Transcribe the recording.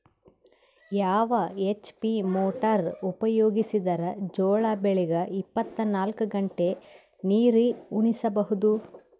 ಯಾವ HP motor ಉಪಯೋಗಿಸಿದರ ಜೋಳ ಬೆಳಿಗ ಇಪ್ಪತ ನಾಲ್ಕು ಗಂಟೆ ನೀರಿ ಉಣಿಸ ಬಹುದು?